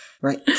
Right